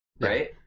right